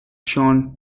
shown